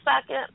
second